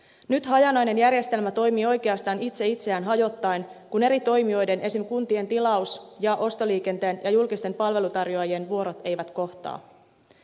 nyt hajanainen järjestelmä toimii oikeastaan itse itseään hajottaen kun eri toimijoiden esimerkiksi kuntien tilaus ja ostoliikenteen ja julkisten palveluntarjoajien vuorot eivät kohtaa